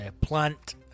plant